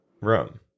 room